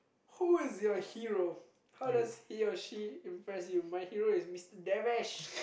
who is your hero how does he or she impress you my hero is Mister-Davish